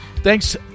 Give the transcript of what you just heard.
Thanks